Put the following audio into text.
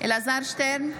אלעזר שטרן,